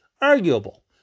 Arguable